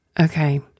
Okay